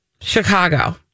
Chicago